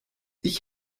ich